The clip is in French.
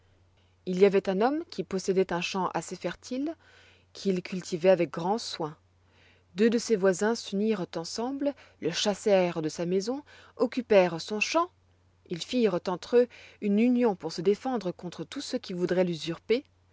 il y avoit un homme qui possédoit un champ assez fertile qu'il cultivoit avec grand soin deux de ses voisins s'unirent ensemble le chassèrent de sa maison occupèrent son champ ils firent entre eux une union pour se défendre contre tous ceux qui voudroient